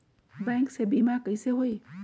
Bank से बिमा कईसे होई?